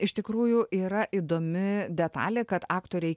iš tikrųjų yra įdomi detalė kad aktoriai